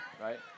Right